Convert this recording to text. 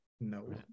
No